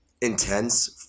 intense